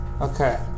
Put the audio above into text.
Okay